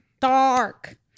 dark